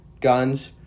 guns